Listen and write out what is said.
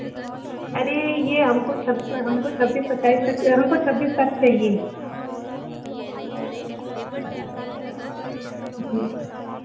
अरे यह हमको छब्बीस हमको छब्बीस सत्ताईस तक हमको छब्बीस तक चाहिए